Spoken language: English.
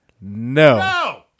no